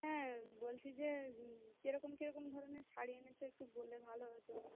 হ্যাঁ বলছি যে কেরকম কেরকম ধরনের শাড়ি এনেছো একটু বললে ভালো হতো